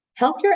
Healthcare